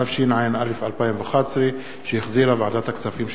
17), התשע"א 2011, שהחזירה ועדת הכספים.